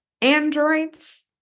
androids